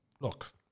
look